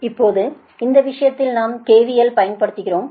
இப்போது இந்த விஷயத்தில் நாம் KVL பயன்படுத்துகிறோம்